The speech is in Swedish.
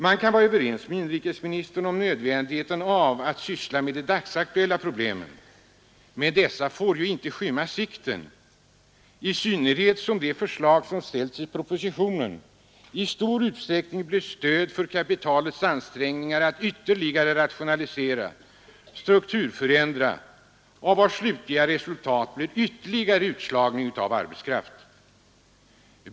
Man kan vara helt överens med inrikesministern om nödvändigheten av att syssla med de dagsaktuella problemen, men dessa får inte skymma sikten — i synnerhet som det förslag som ställs i propositionen i stor utsträckning blir stöd för kapitalets ansträngningar att ytterligare rationalisera och strukturförändra och vars slutliga resultat blir ytterligare utslagning av arbetskraft.